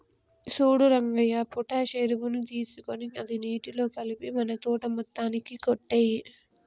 సూడు రంగయ్య పొటాష్ ఎరువుని తీసుకొని అది నీటిలో కలిపి మన తోట మొత్తానికి కొట్టేయి